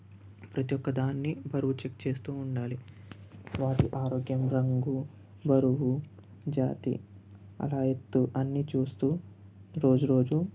ప్రతి ఒక్క దాన్ని బరువు చెక్ చేస్తూ ఉండాలి వాటి ఆరోగ్యం రంగు బరువు జాతి అలా ఎత్తు అన్ని చూస్తూ రోజు రోజు